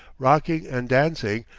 rocking and dancing,